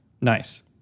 Nice